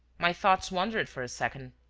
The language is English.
my thoughts wandered for a second.